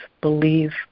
believe